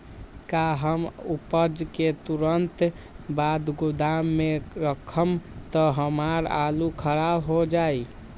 का हम उपज के तुरंत बाद गोदाम में रखम त हमार आलू खराब हो जाइ?